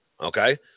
Okay